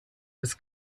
was